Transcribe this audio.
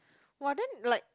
!wow! then like